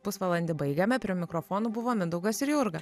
pusvalandį baigiame prie mikrofonų buvo mindaugas ir jurga